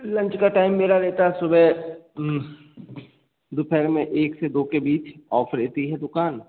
lunch का time मेरा रहता सुबह दोपहर में एक से दो के बीच ऑफ रहती है दुकान